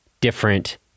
different